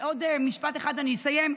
עוד משפט אחד ואני אסיים.